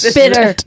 bitter